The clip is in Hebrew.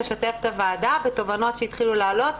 לשתף את הוועדה בתובנות שהתחילו לעלות,